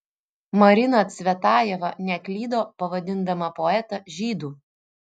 marina cvetajeva neklydo pavadindama poetą žydu